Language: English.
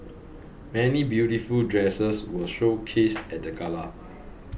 many beautiful dresses were showcased at the gala